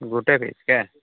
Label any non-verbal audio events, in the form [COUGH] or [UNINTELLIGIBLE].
ଗୋଟେ [UNINTELLIGIBLE]